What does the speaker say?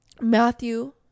Matthew